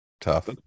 tough